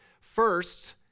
First